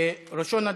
ראשון הדוברים,